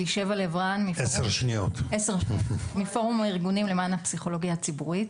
אני מפורום הארגונים למען הפסיכולוגיה הציבורית.